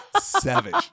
Savage